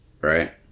Right